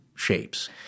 shapes